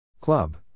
Club